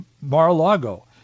Mar-a-Lago